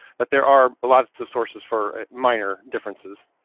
but there are lots of sources for minor differences.